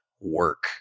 work